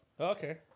Okay